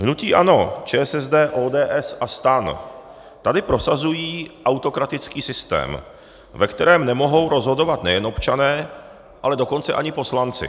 Hnutí ANO, ČSSD, ODS a STAN tady prosazují autokratický systém, ve kterém nemohou rozhodovat nejen občané, ale dokonce ani poslanci.